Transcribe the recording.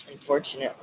unfortunately